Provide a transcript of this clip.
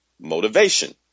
motivation